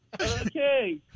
Okay